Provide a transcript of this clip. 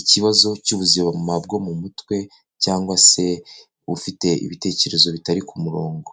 ikibazo cy'ubuzima bwo mu mutwe cyangwa se ufite ibitekerezo bitari ku murongo.